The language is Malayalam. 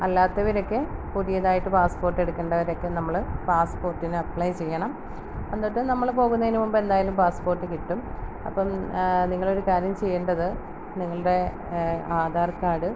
അല്ലാത്തവരക്കെ പുതിയതായിട്ട് പാസ്പ്പോട്ടെടുക്കണ്ടവരക്കെ നമ്മൾ പാസ്പ്പോട്ടിന് അപ്ലൈ ചെയ്യണം എന്നിട്ട് നമ്മൾ പോകുന്നതിന് മുമ്പ് എന്തായാലും പാസ്പ്പോട്ട് കിട്ടും അപ്പം നിങ്ങളൊരു കാര്യം ചെയ്യേണ്ടത് നിങ്ങളുടെ ആധാർ കാഡ്